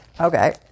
Okay